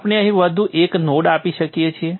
આપણે અહીં વધુ એક નોડ આપી શકીએ છીએ